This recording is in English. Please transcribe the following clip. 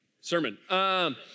sermon